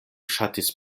ŝatis